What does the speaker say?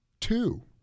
two